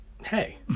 Hey